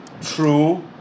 true